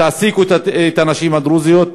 תעסיקו את הנשים הדרוזיות,